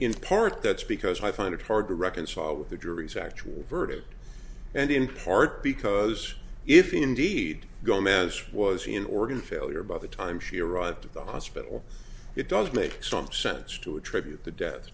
in part that's because i find it hard to reconcile with the jury's actual verdict and in part because if indeed gomez was he an organ failure by the time she arrived at the hospital it does make some sense to attribute the de